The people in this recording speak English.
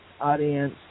audience